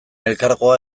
elkargoa